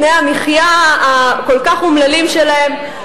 תנאי המחיה הכל כך אומללים שלהם.